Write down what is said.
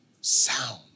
sound